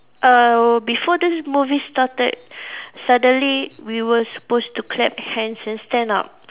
uh before this movie started suddenly we were supposed to clap hands and stand up